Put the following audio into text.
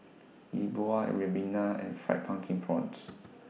E Bua Ribena and Fried Pumpkin Prawns